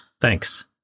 Thanks